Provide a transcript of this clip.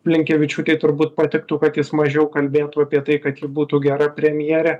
blinkevičiūtei turbūt patiktų kad jis mažiau kalbėtų apie tai kad ji būtų gera premjerė